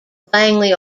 langley